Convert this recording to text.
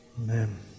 Amen